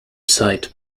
site